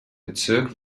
bezirk